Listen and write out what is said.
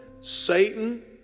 Satan